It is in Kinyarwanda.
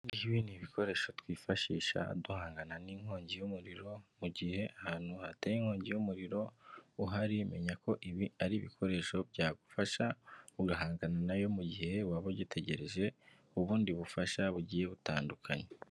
Ibi ni ibikoresho twifashisha duhangana n'inkongi y'umuriro, mu gihe ahantu hateye inkongi y'umuriro uhari menya ko ibi ari ibikoresho byagufasha, ugahangana nayo mu gihe waba ugitegereje ubundi bufasha bugiye butandukanye.